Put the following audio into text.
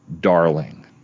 Darling